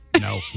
No